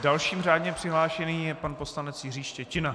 Dalším řádně přihlášeným je pan poslanec Jiří Štětina.